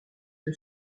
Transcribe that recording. que